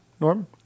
Norm